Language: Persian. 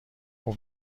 اوه